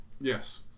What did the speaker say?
Yes